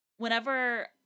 Whenever